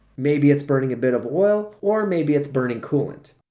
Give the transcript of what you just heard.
maybe it's burning a bit of oil or maybe it's burning coolant.